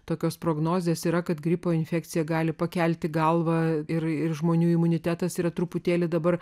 tokios prognozės yra kad gripo infekcija gali pakelti galvą ir ir žmonių imunitetas yra truputėlį dabar